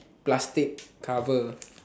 plastic cover